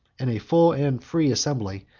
in a full and free assembly,